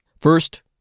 First